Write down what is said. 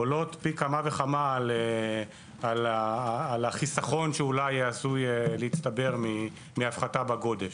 עולות פי כמה וכמה על החיסכון שאולי עשוי להצטבר מהפחתה בגודש.